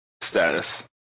status